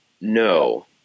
No